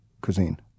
cuisine